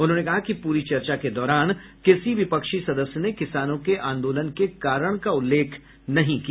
उन्होंने कहा कि पूरी चर्चा के दौरान किसी विपक्षी सदस्य ने किसानों के आन्दोलन के कारण का उल्लेख नहीं किया